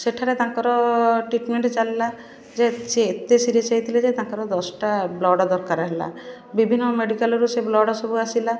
ସେଠାରେ ତାଙ୍କର ଟ୍ରିଟମେଣ୍ଟ ଚାଲିଲା ଯେ ସେ ଏତେ ସିରିଏସ୍ ହେଇଥିଲେ ଯେ ତାଙ୍କର ଦଶଟା ବ୍ଲଡ଼ ଦରକାର ହେଲା ବିଭିନ୍ନ ମେଡ଼ିକାଲରୁ ସେ ବ୍ଲଡ଼ ସବୁ ଆସିଲା